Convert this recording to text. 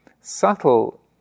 subtle